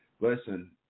Listen